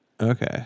okay